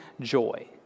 joy